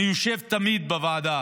אני יושב תמיד בוועדה